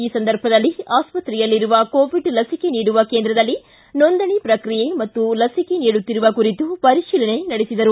ಈ ಸಂದರ್ಭದಲ್ಲಿ ಆಸ್ಪತ್ತೆಯಲ್ಲಿರುವ ಕೋವಿಡ್ ಲಸಿಕೆ ನೀಡುವ ಕೇಂದ್ರದಲ್ಲಿ ನೊಂದಣಿ ಪ್ರಕ್ರಿಯೆ ಹಾಗೂ ಲಸಿಕೆ ನೀಡುತ್ತಿರುವ ಕುರಿತು ಪರಿಶೀಲನೆ ನಡೆಸಿದರು